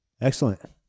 Excellent